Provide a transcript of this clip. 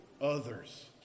others